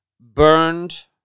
burned